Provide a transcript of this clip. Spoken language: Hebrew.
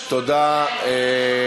מה זה קשור לבית-המשפט העליון?